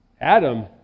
Adam